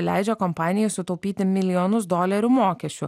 leidžia kompanijai sutaupyti milijonus dolerių mokesčių